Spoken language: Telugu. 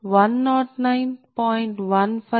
175109